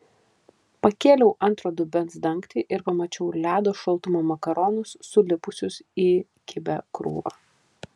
pakėliau antro dubens dangtį ir pamačiau ledo šaltumo makaronus sulipusius į kibią krūvą